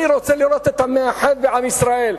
אני רוצה לראות את המאחד בעם ישראל,